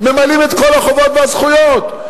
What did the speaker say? ממלאים את כל החובות והזכויות,